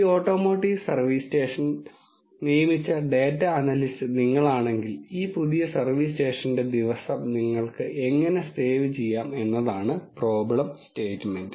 ഈ automotive service station നിയമിച്ച data analyst നിങ്ങളാണെങ്കിൽ ഈ പുതിയ സർവീസ് സ്റ്റേഷന്റെ ദിവസം നിങ്ങൾക്ക് എങ്ങനെ സേവ് ചെയ്യാം എന്നതാണ് പ്രോബ്ലം സ്റ്റേറ്റ്മെന്റ്